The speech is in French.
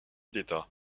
d’état